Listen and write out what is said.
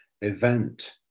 event